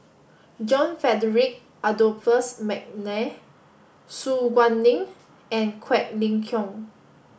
John Frederick Adolphus McNair Su Guaning and Quek Ling Kiong